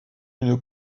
une